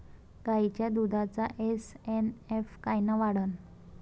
गायीच्या दुधाचा एस.एन.एफ कायनं वाढन?